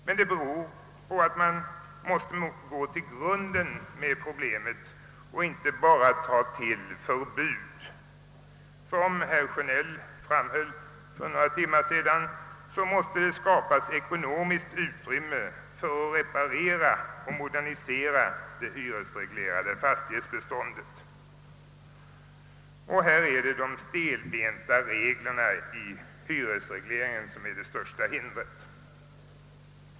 Men det beror på att man måste gå till grunden med problemen och inte bara ta till förbud. Som herr Sjönell framhöll för några timmar sedan måste det skapas ekonomiskt ut rTrymme för att reparera och modernisera det hyresreglerade fastighetsbeståndet. Här utgör de stelbenta reglerna i hyresregleringen det största hindret.